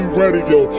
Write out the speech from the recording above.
radio